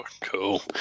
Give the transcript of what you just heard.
cool